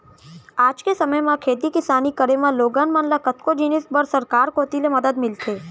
आज के समे म खेती किसानी करे म लोगन मन ल कतको जिनिस बर सरकार कोती ले मदद मिलथे